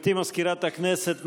גברתי מזכירת הכנסת,